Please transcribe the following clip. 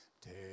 Take